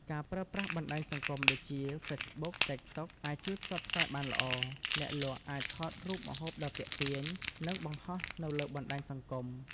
ការប្រើប្រាស់បណ្ដាញសង្គមដូចជា ហ្វេសបុក (Facebook), តិកតុក (TikTok) អាចជួយផ្សព្វផ្សាយបានល្អ អ្នកលក់អាចថតរូបម្ហូបដ៏ទាក់ទាញ និងបង្ហោះនៅលើបណ្ដាញសង្គម។